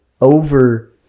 Over